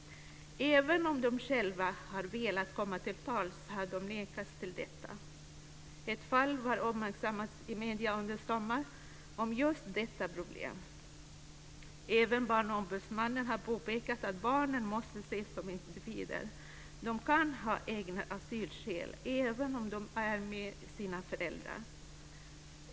Även om de själva har velat komma till tals har de nekats detta. Ett sådant fall var uppmärksammat i medierna under sommaren. Även Barnombudsmannen har påpekat att barnen måste ses som individer. De kan ha egna asylskäl även om de är tillsammans med sina föräldrar.